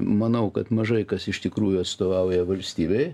manau kad mažai kas iš tikrųjų atstovauja valstybei